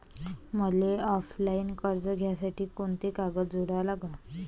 मले ऑफलाईन कर्ज घ्यासाठी कोंते कागद जोडा लागन?